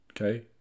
okay